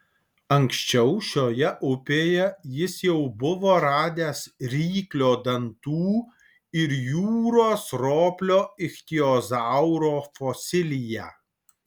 anksčiau šioje upėje jis jau buvo radęs ryklio dantų ir jūros roplio ichtiozauro fosiliją